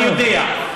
אני יודע,